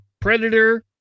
Predator